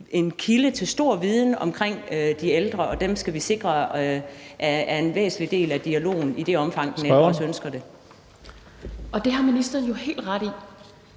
en kilde til stor viden omkring de ældre, og vi skal sikre, at de er en væsentlig del af dialogen i det omfang, den ældre også ønsker det. Kl. 15:10 Tredje næstformand